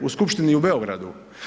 U Skupštini u Beogradu.